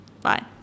Bye